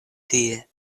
tie